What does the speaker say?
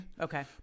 Okay